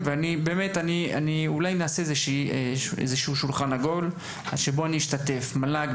אולי נכנס שולחן עגול יחד עם המל"ג,